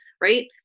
right